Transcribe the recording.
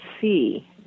see